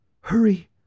Hurry